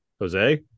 Jose